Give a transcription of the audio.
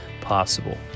possible